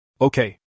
Okay